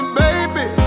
baby